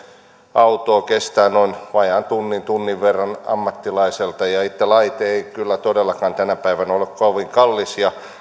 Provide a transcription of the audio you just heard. autoon kestää noin vajaan tunnin tunnin verran ammattilaiselta ja itse laite ei kyllä todellakaan tänä päivänä ole kovin kallis